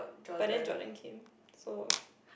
but then Jordan came so